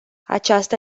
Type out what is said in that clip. aceasta